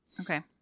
Okay